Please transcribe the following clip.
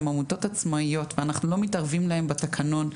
הן עמותות עצמאיות ואנחנו לא מתערבים להם בתקנון,